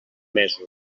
mesos